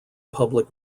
public